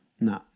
No